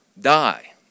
die